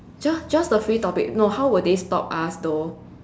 just just the free topic no how will they stop us though